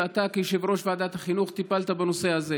אתה כיושב-ראש ועדת החינוך טיפלת בנושא הזה,